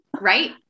Right